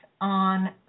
on